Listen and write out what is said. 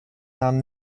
nahm